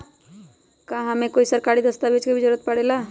का हमे कोई सरकारी दस्तावेज के भी जरूरत परे ला?